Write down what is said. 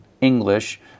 English